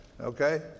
Okay